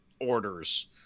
orders